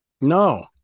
no